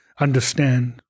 understand